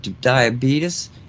diabetes